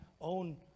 own